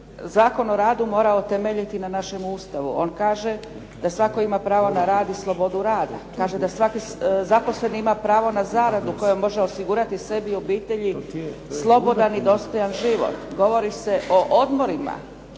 Zakon o radu morao temeljiti na našem Ustavu. On kaže da svatko ima pravo na rad i slobodu rada, kaže da svaki zaposleni ima pravo na zaradu kojom može osigurati sebi i obitelji slobodan i dostojan život. Govori se o odmorima